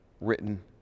written